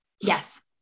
Yes